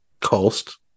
cost